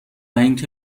اینکه